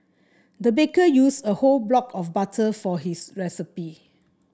the baker used a whole block of butter for this recipe